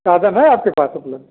साधन है आपके पास अपना